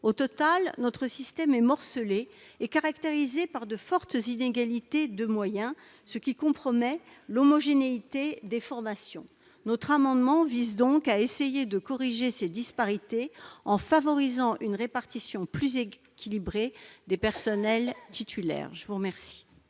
Au total, notre système est morcelé et caractérisé par de fortes inégalités de moyens, ce qui compromet l'homogénéité des formations. Notre amendement vise donc à essayer de corriger ces disparités en favorisant une répartition plus équilibrée des personnels titulaires. Quel